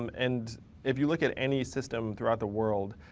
um and if you look at any system throughout the world,